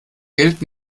geld